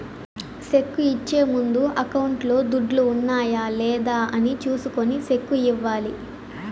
cheque ఇచ్చే ముందు అకౌంట్లో దుడ్లు ఉన్నాయా లేదా అని చూసుకొని సెక్కు ఇవ్వాలి